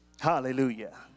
Hallelujah